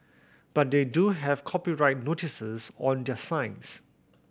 but they do have copyright notices on their sites